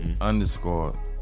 Underscore